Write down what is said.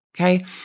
Okay